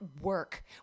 work